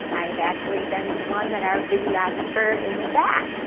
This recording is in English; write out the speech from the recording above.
i've actually been to one that our videographer in the back,